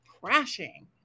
Crashing